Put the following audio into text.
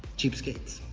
cheapskates.